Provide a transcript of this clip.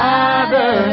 Father